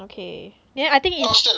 okay then I think is